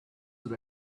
that